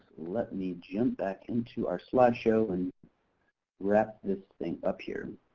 let me jump back into our slideshow and wrap this thing up here.